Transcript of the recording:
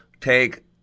take